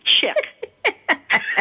Chick